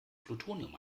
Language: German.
plutonium